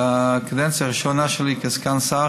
בקדנציה הראשונה שלי כסגן שר